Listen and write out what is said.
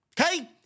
okay